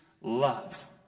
love